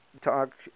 talk